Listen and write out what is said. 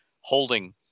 holding